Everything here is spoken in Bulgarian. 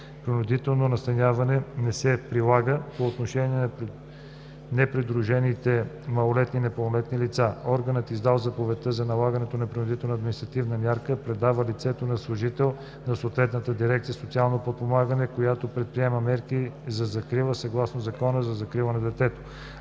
Принудително настаняване не се прилага по отношение на непридружените малолетни и непълнолетни лица. Органът, издал заповедта за налагане на принудителната административна мярка, предава лицето на служител на съответната дирекция „Социално подпомагане“, която предприема мерки за закрила съгласно Закона за закрила на детето.